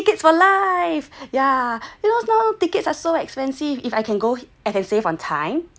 free tickets for life yeah it was know tickets are so expensive if I can go and save on time